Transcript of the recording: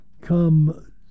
come